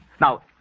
Now